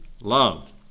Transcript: love